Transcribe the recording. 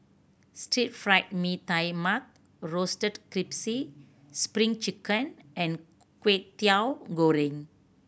Stir Fried Mee Tai Mak roasted Spring Chicken and Kway Teow Goreng